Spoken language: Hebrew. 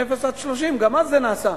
מ-0% עד 30% גם אז זה נעשה,